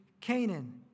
Canaan